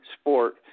sport